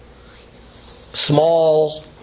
small